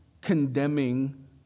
condemning